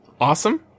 awesome